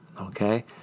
okay